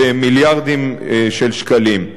במיליארדים של שקלים.